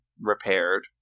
repaired